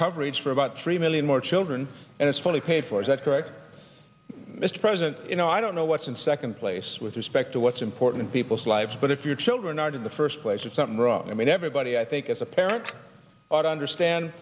coverage for about three million more children and it's fully paid for is that correct mr president you know i don't know what's in second place with respect to what's important people's lives but if your children aren't in the first place or something wrong i mean everybody i think as a parent ought understand